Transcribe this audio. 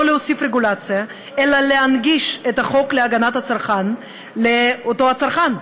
להוסיף רגולציה אלא להנגיש את החוק להגנת הצרכן לאותו צרכן,